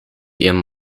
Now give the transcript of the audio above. ihrem